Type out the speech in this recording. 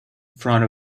front